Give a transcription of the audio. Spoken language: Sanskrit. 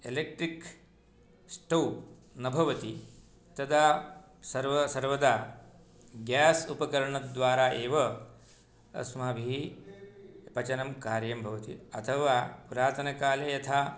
इलेक्ट्रिक् स्टव् न भवति तदा सर्वदा ग्यास् उपकरणद्वारा एव अस्माभिः पचनं कार्यं भवति अथवा पुरातनकाले यथा